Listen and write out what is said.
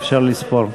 אפשר לספור.